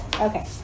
okay